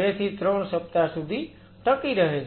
2 થી 3 સપ્તાહ સુધી ટકી રહે છે